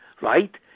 Right